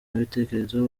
n’ibitekerezo